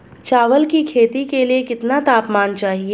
चावल की खेती के लिए कितना तापमान चाहिए?